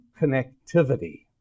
connectivity